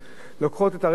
לוקחות את הרכב הזה,